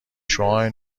شعاع